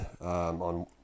on